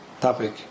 topic